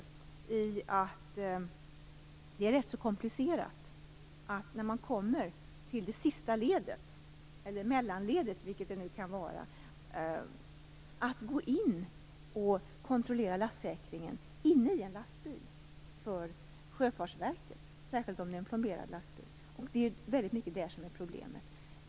Det blir nämligen rätt komplicerat i det sista ledet - eller mellanledet, vilket det nu kan vara - för Sjöfartsverket att gå in och kontrollera lastsäkringen inne i en lastbil, särskilt om det är en plomberad lastbil. Det är väldigt mycket där problemet ligger.